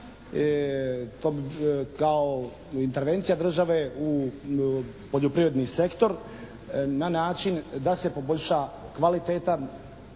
kao intervencija države u poljoprivredni sektor na način da se poboljša kvaliteta,